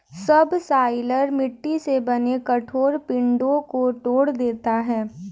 subsoiler मिट्टी से बने कठोर पिंडो को तोड़ देता है